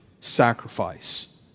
sacrifice